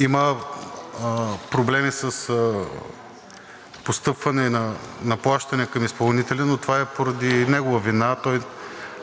Има проблеми с постъпване на плащания към изпълнителя, но това е поради негова вина. Той